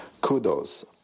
Kudos